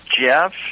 Jeff